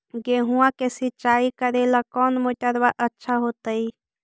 गेहुआ के सिंचाई करेला कौन मोटरबा अच्छा होतई?